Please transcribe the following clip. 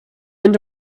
into